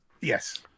Yes